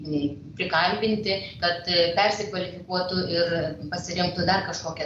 nei prikalbinti kad persikvalifikuotų ir pasirinktų dar kažkokią